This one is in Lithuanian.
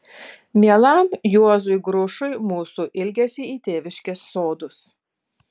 mielam juozui grušui mūsų ilgesį į tėviškės sodus